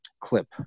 clip